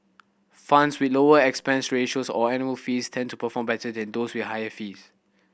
funds with lower expense ratios or annual fees tend to perform better than those with higher fees